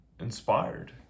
inspired